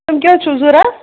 تِم کیٛاہ حظ چھِو ضرورَت